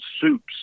soups